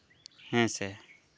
ᱦᱮᱸ ᱥᱮ